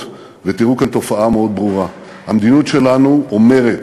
ותראו כאן תופעה מאוד ברורה: המדיניות שלנו אומרת